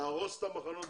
ולהרוס את המחנות.